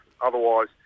otherwise